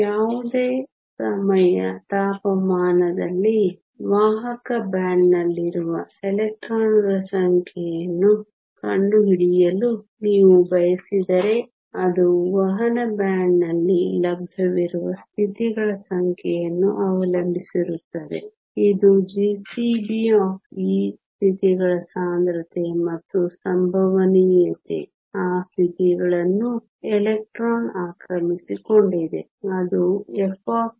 ಯಾವುದೇ ಸಮಯ ತಾಪಮಾನದಲ್ಲಿ ವಾಹಕ ಬ್ಯಾಂಡ್ನಲ್ಲಿರುವ ಎಲೆಕ್ಟ್ರಾನ್ಗಳ ಸಂಖ್ಯೆಯನ್ನು ಕಂಡುಹಿಡಿಯಲು ನೀವು ಬಯಸಿದರೆ ಅದು ವಹನ ಬ್ಯಾಂಡ್ನಲ್ಲಿ ಲಭ್ಯವಿರುವ ಸ್ಥಿತಿಗಳ ಸಂಖ್ಯೆಯನ್ನು ಅವಲಂಬಿಸಿರುತ್ತದೆ ಇದು gCB ಸ್ಥಿತಿಗಳ ಸಾಂದ್ರತೆ ಮತ್ತು ಸಂಭವನೀಯತೆ ಆ ಸ್ಥಿತಿಗಳನ್ನು ಎಲೆಕ್ಟ್ರಾನ್ ಆಕ್ರಮಿಸಿಕೊಂಡಿದೆ ಅದು f